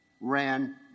Ran